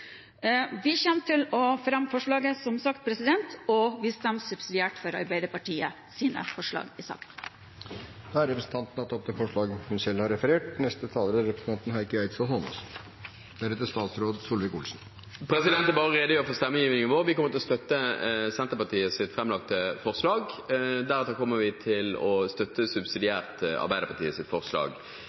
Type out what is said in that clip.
Vi fremmer herved forslaget, og vi stemmer subsidiært for Arbeiderpartiets forslag i saken. Representanten Janne Sjelmo Nordås har tatt opp det forslaget hun refererte til. Jeg vil bare redegjøre for stemmegivningen vår. Vi kommer til å støtte Senterpartiets framlagte forslag. Deretter kommer vi subsidiært til å støtte Arbeiderpartiets forslag. Det er spesielt å